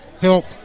help